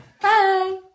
Bye